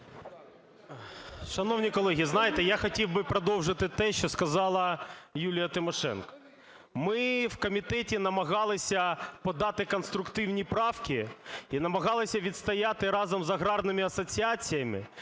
Шановні колеги, знаєте, я хотів би продовжити те, що сказала Юлія Тимошенко. Ми в комітеті намагалися подати конструктивні правки і намагалися відстояти разом з аграрними асоціаціями,